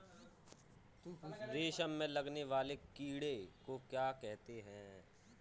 रेशम में लगने वाले कीड़े को क्या कहते हैं?